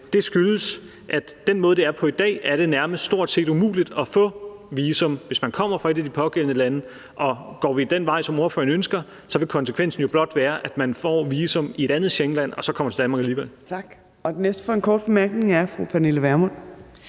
Det skyldes, at med den måde, det er på i dag, er det nærmest stort set umuligt at få visum, hvis man kommer fra et af de pågældende lande, og går vi den vej, som ordføreren ønsker, vil konsekvensen jo blot være, at man får visum i et andet Schengenland og så kommer til Danmark alligevel. Kl. 12:36 Fjerde næstformand (Trine Torp): Tak. Den næste for en kort bemærkning er fru Pernille Vermund.